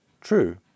True